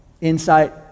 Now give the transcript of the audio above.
insight